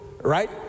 right